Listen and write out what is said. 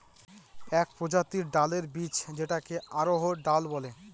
এক প্রজাতির ডালের বীজ যেটাকে অড়হর ডাল বলে